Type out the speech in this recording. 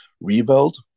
rebuild